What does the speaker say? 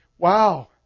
Wow